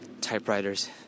Typewriters